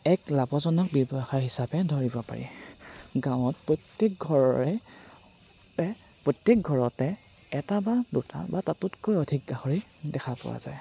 এক লাভজনক ব্যৱসায় হিচাপে ধৰিব পাৰি গাঁৱত প্ৰত্যেক ঘৰৰে প্ৰত্যেক ঘৰতে এটা বা দুটা বা তাতোতকৈ অধিক গাহৰি দেখা পোৱা যায়